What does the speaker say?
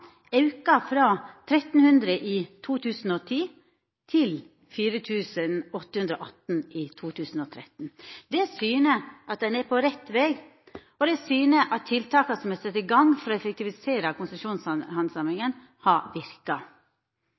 auka frå 1 300 i 2010 til 4 818 i 2013. Det syner at ein er på rett veg, og at tiltaka som er sett i gang for å effektivisera konsesjonsbehandlinga, har verka.